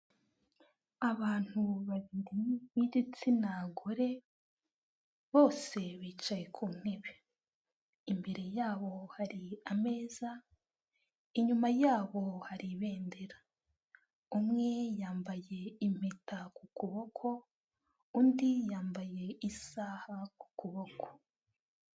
Abantu babiri b'igitsina gore bose bicaye ku ntebe, imbere yabo hari ameza inyuma yabo hari ibendera, umwe yambaye impeta ku kuboko undi yambaye isaha ku kuboko.